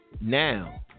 now